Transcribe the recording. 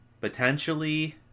Potentially